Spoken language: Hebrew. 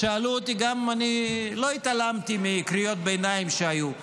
ואני גם לא התעלמתי מקריאות ביניים שהיו,